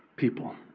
people.